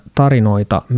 tarinoita